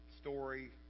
story